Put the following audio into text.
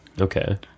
Okay